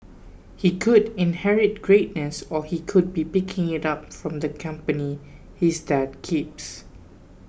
he could inherit greatness or he could be picking it up from the company his dad keeps